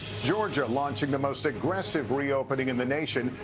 georgia launching the most aggressive reopening in the nation.